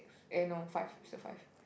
eh no five still five